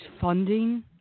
funding